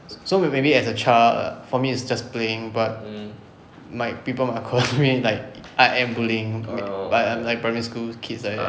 so so maybe as a child err for me is just playing but might people might call me like I am bullying like I'm like primary school kids like that